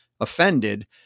offended